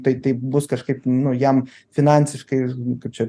tai taip bus kažkaip nu jam finansiškai kaip čia